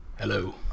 hello